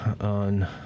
on